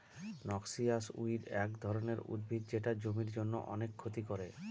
noxious weed এক ধরনের উদ্ভিদ যেটা জমির জন্য অনেক ক্ষতি করে